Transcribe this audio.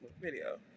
video